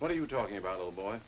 what are you talking about oh boy